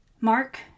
Mark